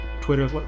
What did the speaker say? Twitter